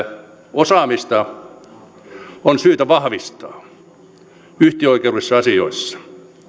osaamista on syytä vahvistaa yhtiöoikeudellisissa asioissa